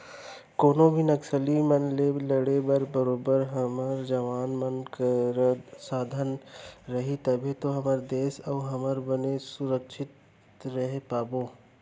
कोनो भी नक्सली मन ले लड़े बर बरोबर हमर जवान मन करा साधन रही तभे तो हमर देस अउ हमन बने सुरक्छित रहें पाबो